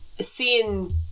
seeing